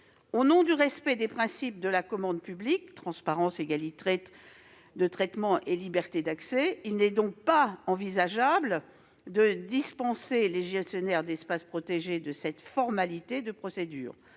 Au nom du respect des principes de la commande publique- transparence, égalité de traitement et liberté d'accès -, il n'est pas envisageable de dispenser les gestionnaires d'espaces protégés de cette formalité de procédure.